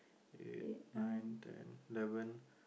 eight nine ten eleven